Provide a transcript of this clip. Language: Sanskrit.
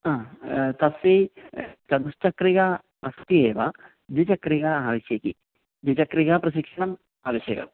हा तस्यै चतुश्चक्रिका अस्ति एव द्विचक्रिका आवश्यकी द्विचक्रिकाप्रशिक्षणम् आवश्यकं